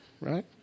right